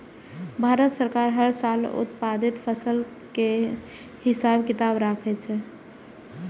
भारत सरकार हर साल उत्पादित फसल केर हिसाब किताब राखै छै